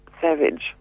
savage